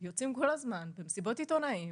יוצאים למסיבות עיתונאים,